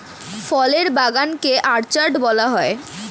ফলের বাগান কে অর্চার্ড বলা হয়